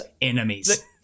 enemies